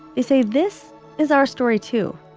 they say this is our story too